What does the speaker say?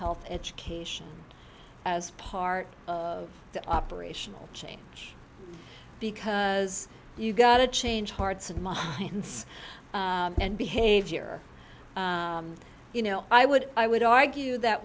health education as part of the operational change because you've got to change hearts and minds and behavior you know i would i would argue that